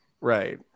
Right